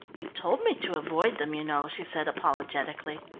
you told me to avoid them, you know, she said apologetically.